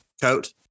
Coat